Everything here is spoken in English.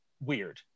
weird